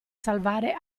salvare